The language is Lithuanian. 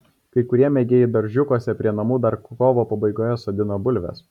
kai kurie mėgėjai daržiukuose prie namų dar kovo pabaigoje sodino bulves